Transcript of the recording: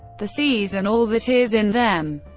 the seas and all that is in them.